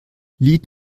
lied